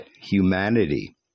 humanity